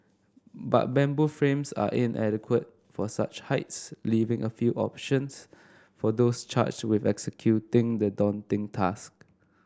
but bamboo frames are inadequate for such heights leaving a few options for those charged with executing the daunting task